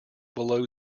below